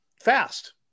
fast